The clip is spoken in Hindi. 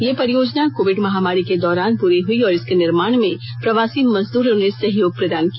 यह परियोजना कोविड महामारी के दौरान पूरी हई और इसके निर्माण में प्रवासी मजदूरो ने सहयोग प्रदान किया